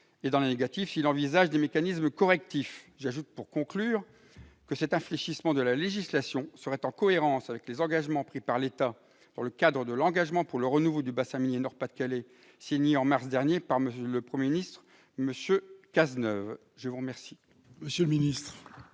Dans la négative, envisagez-vous des mécanismes correctifs ? J'ajoute, pour conclure, que cet infléchissement de la législation serait en cohérence avec les engagements pris par l'État dans le cadre de l'engagement pour le renouveau du bassin minier du Nord-Pas-de-Calais signé en mars dernier par le Premier ministre, M. Bernard Cazeneuve.